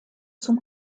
zum